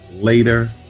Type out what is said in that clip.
Later